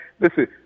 Listen